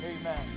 Amen